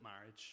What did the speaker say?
marriage